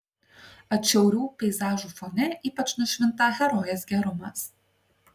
atšiaurių peizažų fone ypač nušvinta herojės gerumas